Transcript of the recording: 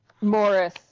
Morris